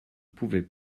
pouvait